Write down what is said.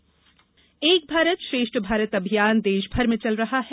एक भारत श्रेष्ठ भारत एक भारत श्रेष्ठ भारत अभियान देश भर में चल रहा है